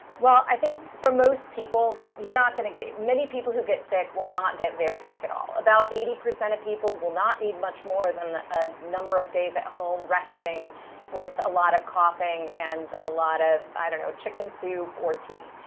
well, i think, for most people, you're not going to get many people who get sick will not get very sick at all. about eighty percent of people will not need much more than a number of days that home resting with a lot of coughing and a lot of, i don't know, chicken soup or tea.